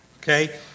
okay